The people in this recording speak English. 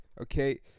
okay